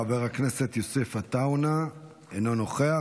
חבר הכנסת יוסף עטאונה, אינו נוכח.